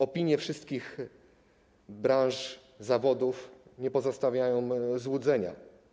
Opinie wszystkich branż, zawodów nie pozostawiają złudzenia.